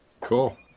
Cool